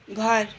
घर